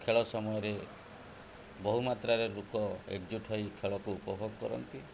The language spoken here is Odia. ଖେଳ ସମୟରେ ବହୁମାତ୍ରାରେ ଲୋକ ଏକଜୁଟ୍ ହୋଇ ଖେଳକୁ ଉପଭୋଗ କରନ୍ତି